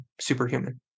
superhuman